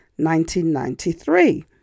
1993